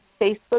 Facebook